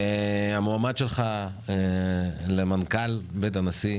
המועמד שלך למנכ"ל בית הנשיא,